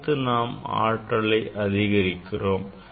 அடுத்து நாம் ஆற்றலை அதிகரிக்கிறோம்